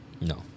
No